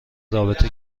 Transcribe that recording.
رابطه